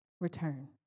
return